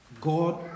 God